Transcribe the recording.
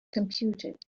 computed